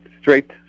straight